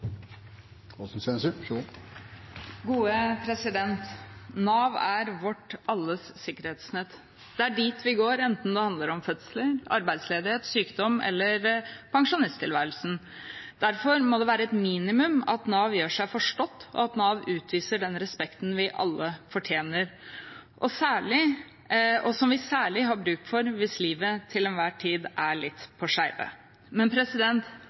at regjeringen er så tydelig på at delutredningen fra granskningsutvalget nå vurderes grundig, og jeg har tillit til regjeringens vurderinger om en eventuell utvidelse av rettshjelpsordningen. Nav er vårt alles sikkerhetsnett. Det er dit vi går, enten det handler om fødsel, arbeidsledighet, sykdom eller pensjonisttilværelsen. Derfor må det være et minimum at Nav gjør seg forstått, og at Nav utviser den respekten vi alle fortjener, og som vi særlig har bruk for hvis livet til